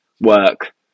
work